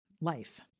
life